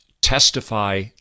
testify